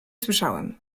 słyszałem